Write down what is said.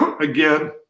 again